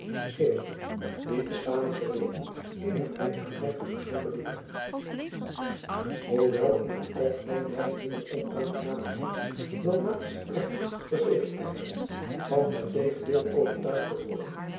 giften die te samen gerekend eene vrij aanmerkelijke som beliepen hoewel in t algemeen weinig dingen onaangenamer zijn dan na iets plechtig verzekerd te hebben van het tegendeel overtuigd te worden